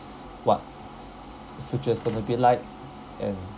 what future's gonna be like and